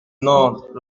nantes